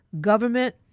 government